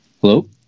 Hello